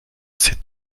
c’est